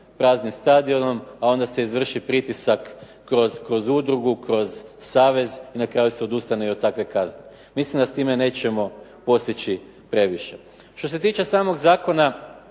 praznim stadionom, a onda se izvrši pritisak kroz udrugu, kroz savez i na kraju se odustane od takve kazne. Mislim da s time nećemo postići previše. Što se tiče samog zakona,